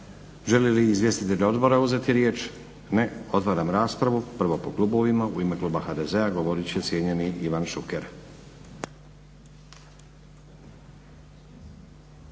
Žele li izvjestitelji odbora uzeti riječ? Ne. Otvaram raspravu. Prvo po klubovima. U ime kluba HDZ-a govorit će cijenjeni Ivan Šuker.